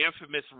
infamous